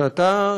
שאתה,